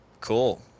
Cool